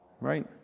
Right